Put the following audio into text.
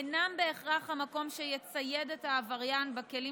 אינם בהכרח המקום שיצייד את העבריין בכלים